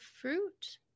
fruit